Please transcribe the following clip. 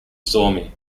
stormy